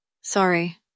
Sorry